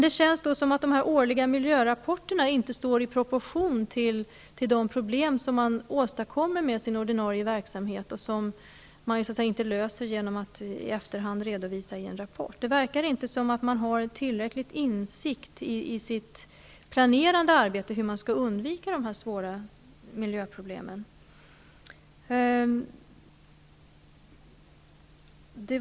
Det känns som att de årliga miljörapporterna inte står i proportion till de problem man åstadkommer med sin ordinarie verksamhet och som man inte löser genom att i efterhand redovisa i en rapport. Det verkar inte som om man vid planeringsarbetet har tillräcklig insikt i hur man skall undvika dessa svåra miljöproblem.